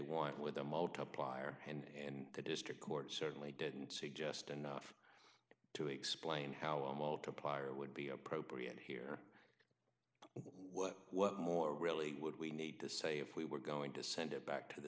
want with a multiplier and the district court certainly didn't suggest enough to explain how almost to apply or would be appropriate here well what more really would we need to say if we were going to send it back to the